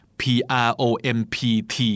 prompt